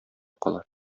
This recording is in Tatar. кала